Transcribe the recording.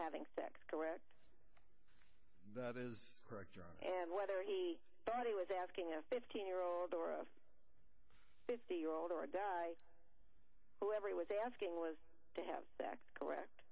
having sex correct that is and whether he thought he was asking a fifteen year old or a fifty year old or a di whoever he was asking was to have fact correct